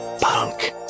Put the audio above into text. Punk